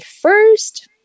first